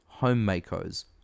homemakers